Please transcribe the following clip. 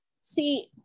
See